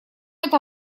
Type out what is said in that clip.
это